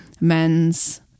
men's